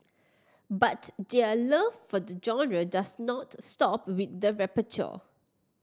but their love for the genre does not stop with the repertoire